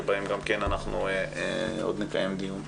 שעליהן אנחנו עוד נקיים דיון,